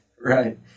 Right